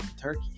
turkey